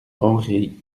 henri